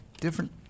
different –